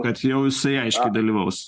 kad jau jisai aiškiai dalyvaus